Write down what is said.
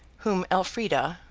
whom elfrida,